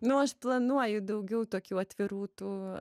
nu aš planuoju daugiau tokių atvirų tų